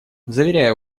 заверяю